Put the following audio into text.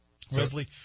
Resley